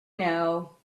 know